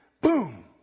Boom